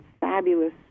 fabulous